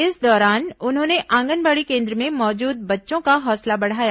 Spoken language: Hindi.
इस दौरान उन्होंने आंगनबाड़ी केन्द्र में मौजूद बच्चों का हौसला बढ़ाया